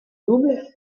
double